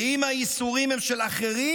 ואם הייסורים הם של אחרים,